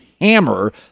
hammer